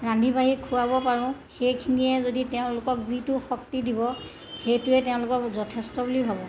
ৰান্ধি বাঢ়ি খুৱাব পাৰোঁ সেইখিনিয়ে যদি তেওঁলোকক যিটো শক্তি দিব সেইটোৱে তেওঁলোকৰ যথেষ্ট বুলি ভাবোঁ